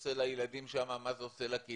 עושה לילדים שם ומה זה עושה לקהילות,